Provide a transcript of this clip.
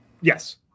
yes